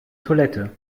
toilette